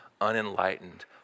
unenlightened